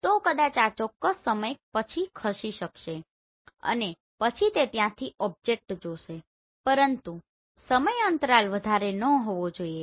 તો કદાચ આ ચોક્કસ સમય પછી ખસી જશે અને પછી તે ત્યાંથી તે ઓબ્જેક્ટ જોશે પરંતુ સમય અંતરાલ વધારે ન હોવો જોઈએ